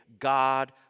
God